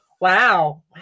Wow